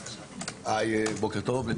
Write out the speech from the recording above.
שתיים, המלנומה וכל